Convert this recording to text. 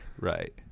Right